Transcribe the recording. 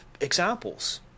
examples